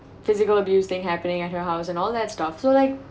physical abuse thing happening at her house and all that stuff so like